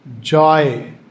joy